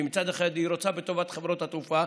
כי מצד אחד היא רוצה בטובת חברות התעופה,